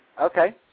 Okay